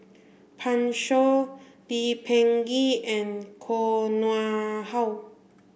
Pan Shou Lee Peh Gee and Koh Nguang How